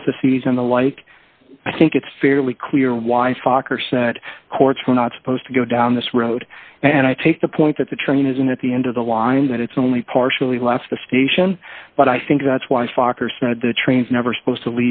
these and the like i think it's fairly clear why fokker said courts were not supposed to go down this road and i take the point that the train isn't at the end of the line that it's only partially left the station but i think that's why fokker said the trains never supposed to